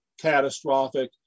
catastrophic